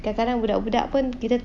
kadang-kadang budak-budak pun kita